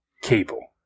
cable